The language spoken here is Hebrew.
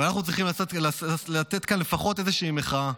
ואנחנו צריכים לתת כאן לפחות איזושהי מחאה.